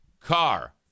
Car